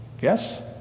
Yes